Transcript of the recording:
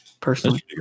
personally